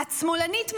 את שמאלנית מדי,